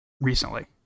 recently